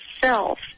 self